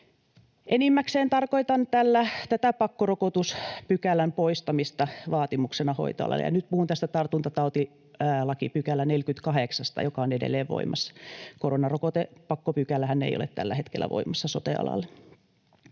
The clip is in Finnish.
Enimmäkseen tarkoitan tällä pakkorokotuspykälän poistamista vaatimuksena hoitoalalle, ja nyt puhun tästä tartuntatautilain 48 §:stä, joka on edelleen voimassa. Koronarokotepakkopykälähän ei ole tällä hetkellä voimassa sote-alalle.